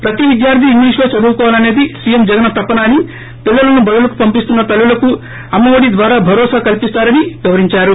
ప్రతీ విద్యార్లి ఇంగ్లీష్లో చదువుకోవాలసేది సీఎం జగన్ తపన అని పిల్లలను బడులకు పంపీస్తున్న తల్లులకు అమ్మ ఒడి ద్వారా భరోసా కల్సించారని వివరించారు